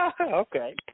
Okay